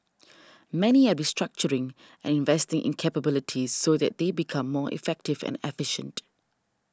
many are restructuring and investing in capabilities so they they become more effective and efficient